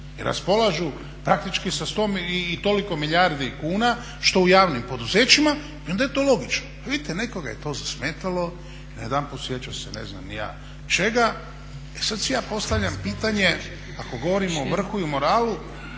i raspolažu praktički sa sto i toliko milijardi kuna što u javnim poduzećima i onda je to logično. Pa vidite nekoga je to zasmetalo, najedanput sjeća se ne znam ni ja čeka. I sada si ja postavljam pitanje ako govorim o vrhu i moralu